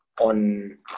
on